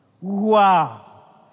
Wow